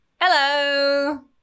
Hello